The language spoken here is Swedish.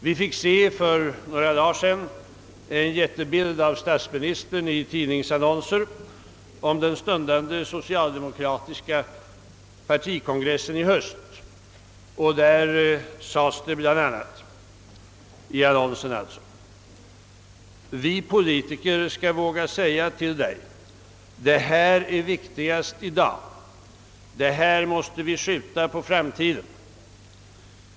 Vi fick för några dagar sedan se en jättebild av statsministern i tidningsannonser om den stundande socialdemo kratiska partikongressen i höst. I annonserna sades det bl.a.: »Vi politiker skall våga säga till Dig: Det här är viktigast i dag — det här måste vi skjuta på framtiden.